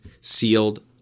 sealed